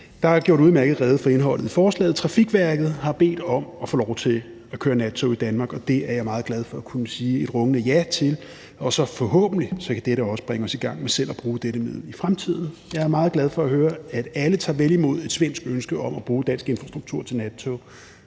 Der er gjort udmærket rede for indholdet af forslaget. Trafikverket har bedt om få lov til at køre nattog i Danmark, og det er jeg meget glad for at kunne sige et rungende ja til. Og forhåbentlig kan dette også bringe os i gang med selv at bruge dette middel i fremtiden. Jeg er meget glad for at høre, at alle tager vel imod et svensk ønske om at bruge dansk infrastruktur til nattog